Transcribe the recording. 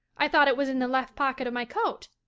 i thought it was in the left pocket of my coat.